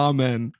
Amen